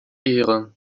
ehre